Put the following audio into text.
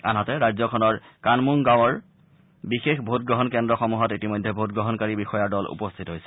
আনহাতে ৰাজ্যখনৰ কানমুং গাঁৱৰ বিশেষ ভোটগ্ৰহণ কেন্দ্ৰসমূহত ইতিমধ্যে ভোটগ্ৰহণকাৰী বিষয়াৰ দল উপস্থিত হৈছে